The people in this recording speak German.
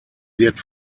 wird